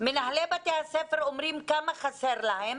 מנהלי בתי הספר אומרים כמה חסר להם.